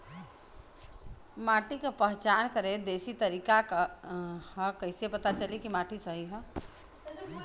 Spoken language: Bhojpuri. माटी क पहचान करके देशी तरीका का ह कईसे पता चली कि माटी सही ह?